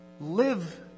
Live